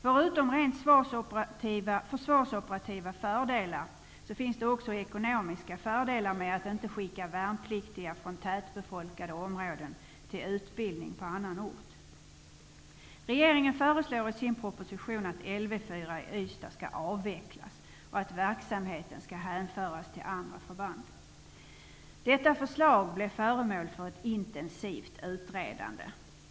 Förutom rent försvarsoperativa fördelar finns det också ekonomiska fördelar med att inte skicka i väg värnpliktiga från tätbefolkade områden till utbildning på annan ort. Ystad skall avvecklas och att verksamheten skall hänföras till andra förband. Detta förslag blev föremål för ett intensivt utredande.